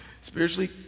spiritually